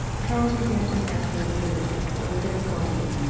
charles resumed his pastoral visits, but with difficulty,